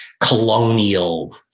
colonial